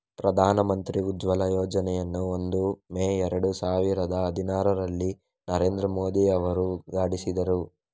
ಪ್ರಧಾನ ಮಂತ್ರಿ ಉಜ್ವಲ ಯೋಜನೆಯನ್ನು ಒಂದು ಮೇ ಏರಡು ಸಾವಿರದ ಹದಿನಾರರಲ್ಲಿ ನರೇಂದ್ರ ಮೋದಿ ಅವರು ಉದ್ಘಾಟಿಸಿದರು